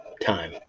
time